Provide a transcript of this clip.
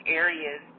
areas